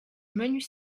menus